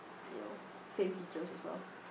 you know same features as well